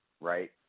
right